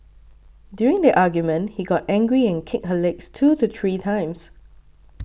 during the argument he got angry and kicked her legs two to three times